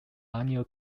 annual